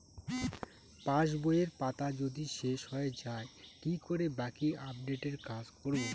পাসবইয়ের পাতা যদি শেষ হয়ে য়ায় কি করে বাকী আপডেটের কাজ করব?